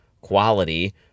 quality